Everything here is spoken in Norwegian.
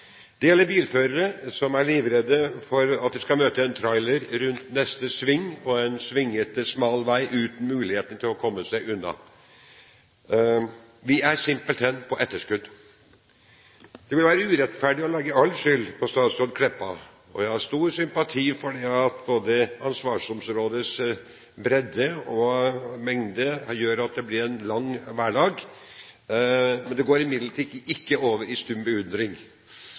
Det gjelder bilførere som er livredde for å møte en trailer rundt neste sving på en svingete, smal vei uten muligheter til å komme seg unna. Vi er simpelthen på etterskudd. Det ville være urettferdig å legge all skyld på statsråd Meltveit Kleppa. Jeg har stor sympati for at ansvarsområdets både bredde og mengde gjør at det blir en lang hverdag – men det går imidlertid ikke over i stum beundring.